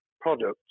products